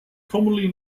commonly